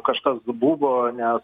kažkas buvo nes